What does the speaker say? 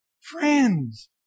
Friends